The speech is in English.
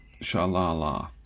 Shalala